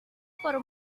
por